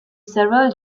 several